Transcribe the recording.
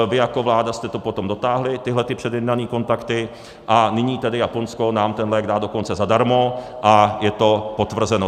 Vy jako vláda jste to potom dotáhli, tyto předjednané kontakty, a nyní tedy Japonsko nám ten lék dá dokonce zadarmo, a je to potvrzeno.